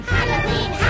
Halloween